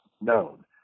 known